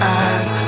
eyes